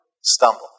stumble